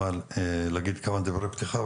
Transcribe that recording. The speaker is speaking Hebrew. להגיד כמה דברי פתיחה,